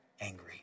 angry